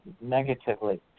negatively